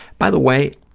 by the way,